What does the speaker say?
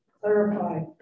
clarify